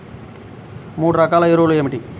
మూడు రకాల ఎరువులు ఏమిటి?